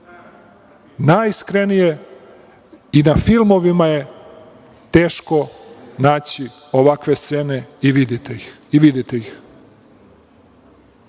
Najiskrenije, i na filmovima je teško naći ovakve scene i videti